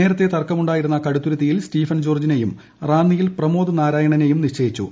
നേരത്തെ തർക്കമുണ്ടായിരുന്ന കടുത്തുരുത്തിയിൽ സ്റ്റീഫൻ ജോർജിനെയും റാന്നിയിൽ പ്രമോദ് നാരായണനെയും നിശ്ചയിച്ചു